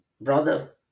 brother